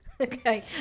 Okay